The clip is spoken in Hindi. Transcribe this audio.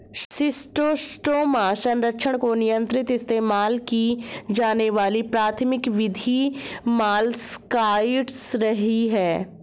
शिस्टोस्टोमा संचरण को नियंत्रित इस्तेमाल की जाने वाली प्राथमिक विधि मोलस्कसाइड्स रही है